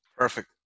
Perfect